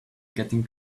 getting